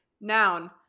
Noun